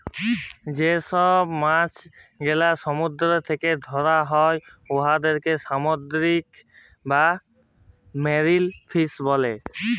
যে ছব মাছ গেলা সমুদ্দুর থ্যাকে ধ্যরা হ্যয় উয়াদেরকে সামুদ্দিরিক বা মেরিল ফিস ব্যলে